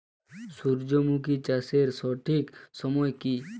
সূর্যমুখী চাষের সঠিক সময় কি?